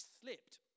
slipped